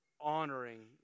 honoring